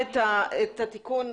בסדר.